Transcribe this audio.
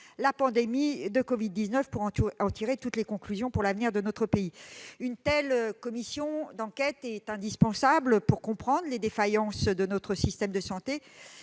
la pandémie de covid-19 pour en tirer toutes les conclusions pour l'avenir de notre pays. Une telle commission d'enquête est indispensable pour comprendre les défaillances de notre système de santé,